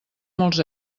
molts